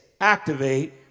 activate